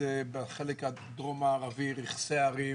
בחלק הדרום מערבי רכסי הרים,